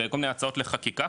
בכל מיני הצעות לחקיקה,